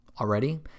Already